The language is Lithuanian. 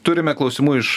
turime klausimų iš